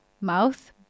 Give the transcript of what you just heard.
mouth